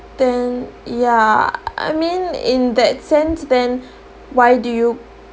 then ya I mean in that sense then why do you